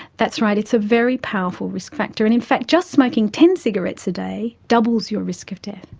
that's right, it's a very powerful risk factor. and in fact just smoking ten cigarettes a day doubles your risk of death.